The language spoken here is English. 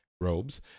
robes